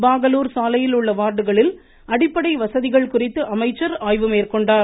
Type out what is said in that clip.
பாகலூர் சாலையில் உள்ள வார்டுகளில் அடிப்படை வசதிகள் குறித்து அமைச்சர் ஆய்வு மேற்கொண்டார்